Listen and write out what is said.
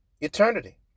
eternity